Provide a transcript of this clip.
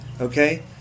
Okay